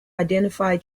identify